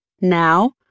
Now